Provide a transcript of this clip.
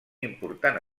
important